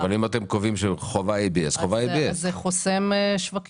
אם אתם קובעים שחובה ABS אז חובה ABS. זה חוסם שווקים,